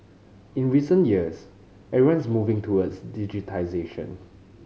in recent years everyone is moving towards digitisation